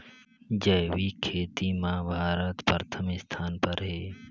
जैविक खेती म भारत प्रथम स्थान पर हे